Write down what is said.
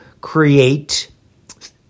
create